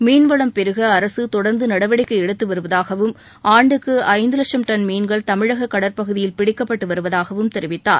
மீன்வளம் பெருக அரசு தொடர்ந்து நடவடிக்கை எடுத்து வருவதாகவும் ஆண்டுக்கு ஐந்து லட்சம் டன் மீன்கள் தமிழக கடற்பகுதியில் பிடிக்கப்பட்டு வருவதாகவும் தெரிவித்தார்